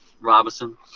Robinson